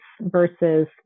versus